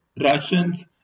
Russians